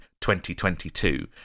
2022